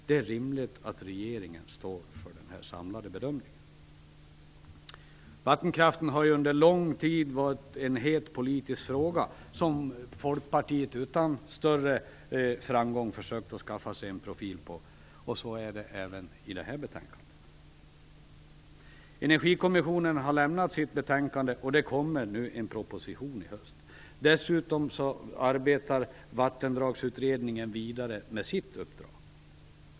Det är rimligt att regeringen står för denna samlade bedömning. Vattenkraften har ju under lång tid varit en het politisk fråga som Folkpartiet utan större framgång försökt skaffa sig en profil genom, och så är det även i det här betänkandet. Energikommissionen har lämnat sitt betänkande, och det kommer en proposition i höst. Dessutom arbetar Vattendragsutredningen vidare med sitt uppdrag.